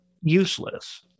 useless